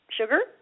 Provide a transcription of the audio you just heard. sugar